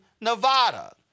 Nevada